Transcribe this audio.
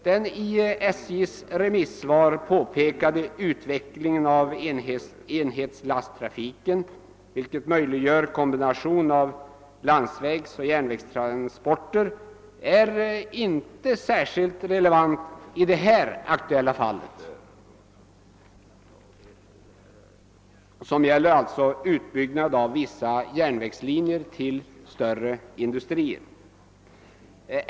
Den i SJ:s remissvar påpekade utvecklingen av enhetslasttrafiken, som möjliggör en kombination av landsvägsoch järnvägstransporter, är inte särskilt relevant i det aktuella fallet, som gäller utbyggnad av vissa järnvägslinjer till större industrier.